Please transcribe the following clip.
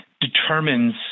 determines